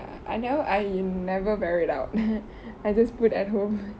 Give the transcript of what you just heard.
I never I never wear it out I just put at home